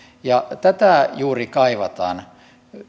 ja tätä juuri kaivataan